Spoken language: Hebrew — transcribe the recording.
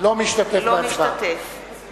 אינו משתתף בהצבעה